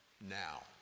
now